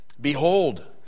Behold